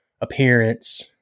appearance